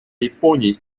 японии